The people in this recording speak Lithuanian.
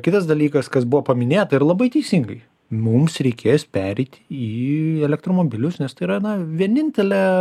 kitas dalykas kas buvo paminėta ir labai teisingai mums reikės pereiti į elektromobilius nes tai yra na vienintelė